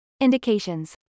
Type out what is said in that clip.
Indications